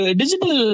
digital